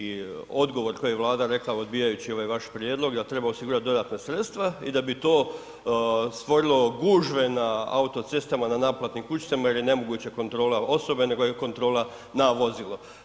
I odgovor koji je Vlada rekla odbijajući ovaj vaš prijedlog da treba osigurati dodatna sredstva i da bi to stvorilo gužve na autocestama na naplatnim kućicama jer je nemoguće kontrola osobe nego je kontrola na vozilo.